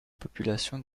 population